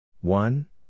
One